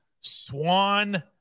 Swan